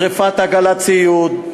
שרפת עגלת ציוד,